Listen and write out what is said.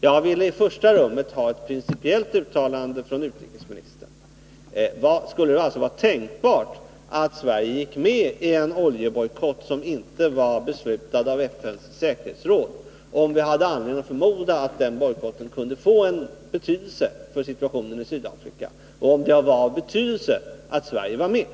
Jag vill i första rummet ha ett principiellt uttalande från utrikesministern. Skulle det vara tänkbart att Sverige gick med i en oljebojkott som inte var beslutad i FN:s säkerhetsråd, om vi hade anledning att förmoda att den bojkotten kunde få betydelse för situationen i Sydafrika och om det var av vikt att Sverige var med?